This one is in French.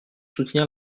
soutenir